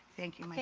thank you,